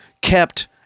kept